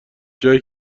جایی